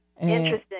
interesting